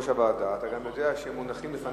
כיושב-ראש הוועדה, אתה גם יודע שמונחים לפניך,